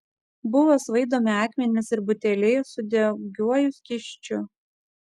buvo svaidomi akmenys ir buteliai su degiuoju skysčiu